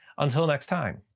until next time,